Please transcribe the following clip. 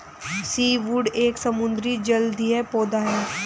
seaweed एक समुद्री जलीय पौधा है